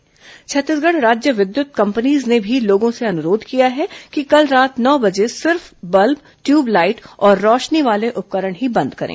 जन स्रक्षा को छत्तीसगढ़ राज्य विद्युत कंपनीज ने भी लोगों से अनुरोध किया है कि कल रात नौ बजे सिर्फ बल्ब ट्यूब लाईट और रौशनी वाले उपकरण ही बंद करें